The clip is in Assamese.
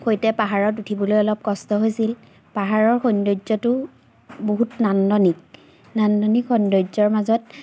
সৈতে পাহাৰত উঠিবলৈ অলপ কষ্ট হৈছিল পাহাৰৰ সৌন্দৰ্যটো বহুত নান্দনিক নান্দনিক সৌন্দৰ্যৰ মাজত